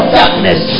darkness